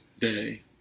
day